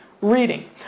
reading